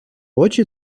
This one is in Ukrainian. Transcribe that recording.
очі